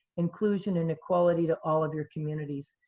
inclusion, and equality to all of your communities.